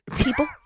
people